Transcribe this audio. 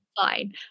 fine